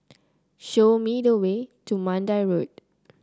show me the way to Mandai Road